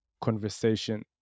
conversation